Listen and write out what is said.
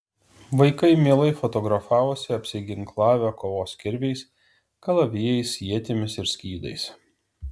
vaikai mielai fotografavosi apsiginklavę kovos kirviais kalavijais ietimis ir skydais